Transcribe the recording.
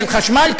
של חשמל,